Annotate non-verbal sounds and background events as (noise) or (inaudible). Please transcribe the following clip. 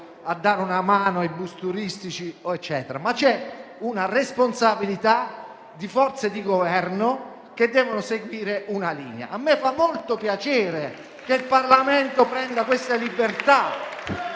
a dare una mano ai bus turistici, ma c'è una responsabilità di forze di Governo che devono seguire una linea. (applause) A me fa molto piacere che il Parlamento si prenda questa libertà.